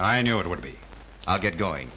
i knew it would be i'll get going